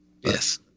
Yes